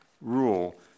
rule